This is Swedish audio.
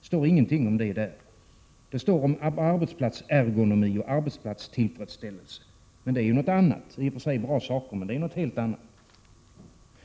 Där står ingenting om detta. Det handlar om arbetsplatsergonomi och arbetstillfredsställelse — det är i och för sig bra saker, men det är ju någonting annat.